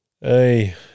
Hey